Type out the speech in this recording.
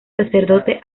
sacerdote